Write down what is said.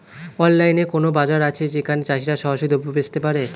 অনলাইনে কোনো বাজার আছে যেখানে চাষিরা সরাসরি দ্রব্য বেচতে পারে?